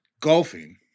golfing